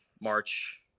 March